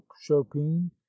chopin